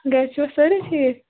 گرِ چھُوا سٲری ٹھیٖک